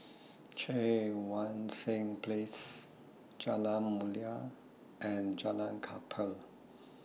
Cheang Wan Seng Place Jalan Mulia and Jalan Kapal